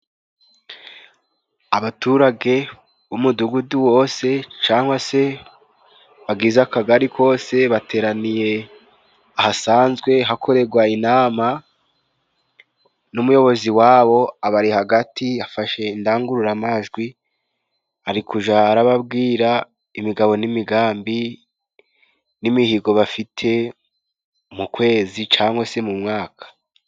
Abaturage b'umudugudu wose cangwa se bagize akagari kose, bateraniye ahasanzwe hakoregwa inama n'umuyobozi wabo, abari hagati afashe indangururamajwi, ari kuja arababwira imigabo n'imigambi n'imihigo bafite mu kwezi cangwa se mu mwaka.